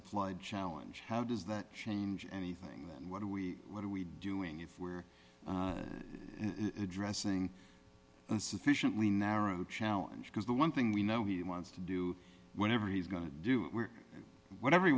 applied challenge how does that change anything then what are we what are we doing if we're addressing a sufficiently narrow challenge because the one thing we know he wants to do whenever he's going to do whatever he